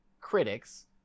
critics